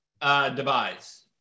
device